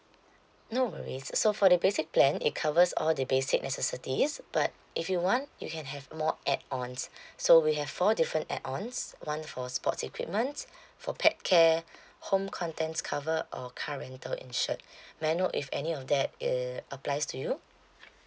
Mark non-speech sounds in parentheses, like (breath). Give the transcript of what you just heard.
no worries so for the basic plan it covers all the basic necessities but if you want you can have more add ons (breath) so we have four different add ons one for sports equipments (breath) for pet care (breath) home contents cover or car rental insured (breath) may I know if any of that uh applies to you